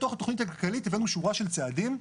ובתוך התוכנית הכלכלית הבאנו שורה של צעדים,